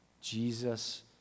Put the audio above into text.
Jesus